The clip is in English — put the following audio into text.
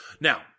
Now